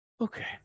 Okay